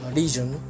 region